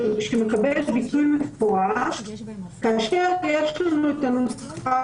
מקבל את הביטוי במפורש כאשר יש לנו הנוסחה